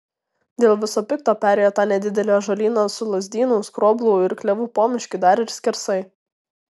dėl viso pikto perėjo tą nedidelį ąžuolyną su lazdynų skroblų ir klevų pomiškiu dar ir skersai